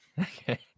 okay